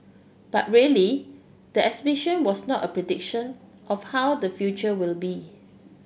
but really the exhibition was not a prediction of how the future will be